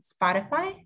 Spotify